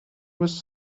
was